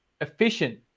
efficient